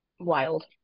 wild